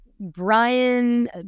Brian